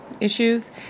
issues